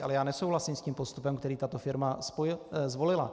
Ale já nesouhlasím s tím postupem, který tato firma zvolila.